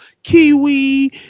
Kiwi